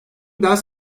ders